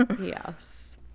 Yes